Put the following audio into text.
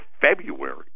February